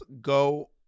go